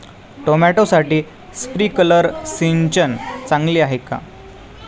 टोमॅटोसाठी स्प्रिंकलर सिंचन चांगले आहे का?